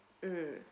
mm